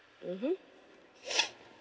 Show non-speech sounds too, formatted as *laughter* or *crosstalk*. mmhmm *noise*